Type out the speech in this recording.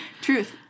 Truth